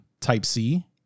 Type-C